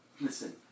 Listen